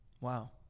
Wow